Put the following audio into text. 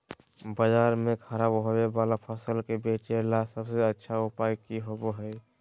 बाजार में खराब होबे वाला फसल के बेचे ला सबसे अच्छा उपाय की होबो हइ?